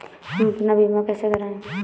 हम अपना बीमा कैसे कराए?